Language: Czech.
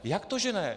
Jak to že ne?